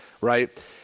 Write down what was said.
right